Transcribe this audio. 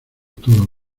todos